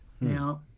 Now